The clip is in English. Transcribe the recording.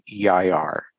EIR